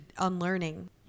unlearning